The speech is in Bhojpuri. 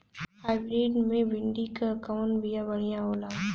हाइब्रिड मे भिंडी क कवन बिया बढ़ियां होला?